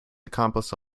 accomplice